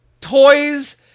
toys